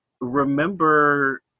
remember